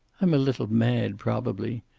i'm a little mad, probably.